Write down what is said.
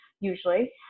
usually